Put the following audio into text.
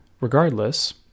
regardless